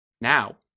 Now